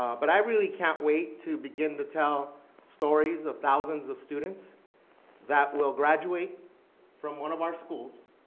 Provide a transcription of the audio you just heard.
but i really can't wait to begin to tell stories of thousands of students that will graduate from one of our schools,